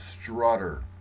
Strutter